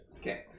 Okay